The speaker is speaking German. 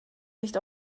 nicht